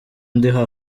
ndiho